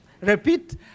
Repeat